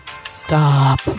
Stop